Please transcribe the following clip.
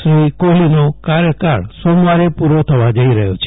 શ્રી કોફલીનો કાર્યકાળ સોમવારે પૂરો થવા જઇ રહ્યો છે